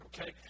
Okay